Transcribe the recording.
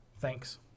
Thanks